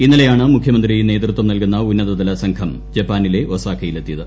ഇന്നലെയാണ് മുഖ്യമന്ത്രി നേതൃത്വം നൽകുന്ന ഉന്നതതല സംഘം ജപ്പാനിലെ ഒസാക്കയിലെത്തിയത്